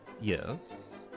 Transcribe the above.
yes